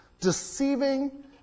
Deceiving